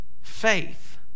faith